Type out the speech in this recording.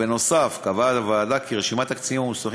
לבסוף קבעה הוועדה כי רשימת הקצינים המוסמכים